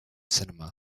cinema